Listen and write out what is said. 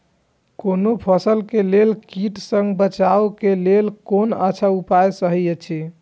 कोनो फसल के लेल कीट सँ बचाव के लेल कोन अच्छा उपाय सहि अछि?